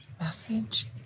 message